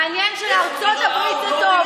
מעניין שלארצות הברית זה טוב.